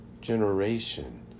generation